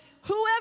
whoever